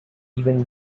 even